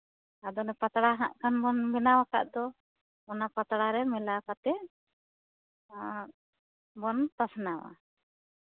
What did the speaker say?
ᱟᱫᱚ ᱚᱱᱮ ᱯᱟᱛᱲᱟ ᱱᱟᱜᱠᱷᱟᱱ ᱵᱚᱱ ᱵᱮᱱᱟᱣ ᱟᱠᱟᱫ ᱫᱚ ᱚᱱᱟ ᱯᱟᱛᱲᱟᱨᱮ ᱢᱮᱞᱟᱣ ᱠᱟᱛᱮᱫ ᱟᱸᱜ ᱵᱚᱱ ᱯᱟᱥᱱᱟᱣᱟ